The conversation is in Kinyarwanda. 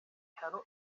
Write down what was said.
bitaro